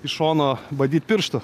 iš šono badyt pirštu